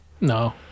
no